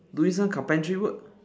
doing some carpentry work